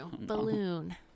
balloon